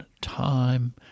time